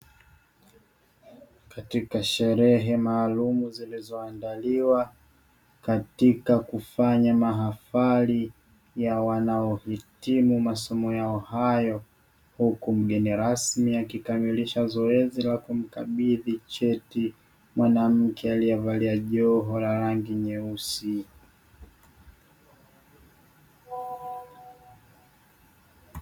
Katika sherehe maalumu zilizoandaliwa katika kufanya mahafali ya wanaohitimu masomo yao hayo, huku mgeni rasmi akikamilisha zoezi la kumkabidhi cheti mwanamke aliyevalia joho la rangi nyeusi.